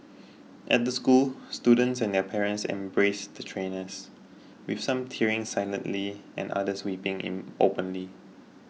at the school students and their parents embraced the trainers with some tearing silently and others weeping in openly